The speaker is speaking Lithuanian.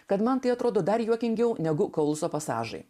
kad man tai atrodo dar juokingiau negu klauso pasažai